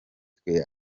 twe